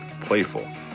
playful